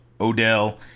Odell